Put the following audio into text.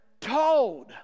told